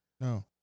No